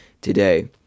today